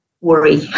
Worry